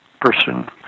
person